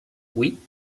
oui